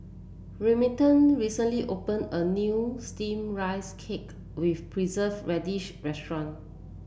Remington recently opened a new steamed Rice Cake with Preserved Radish restaurant